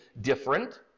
different